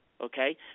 okay